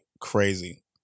crazy